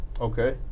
Okay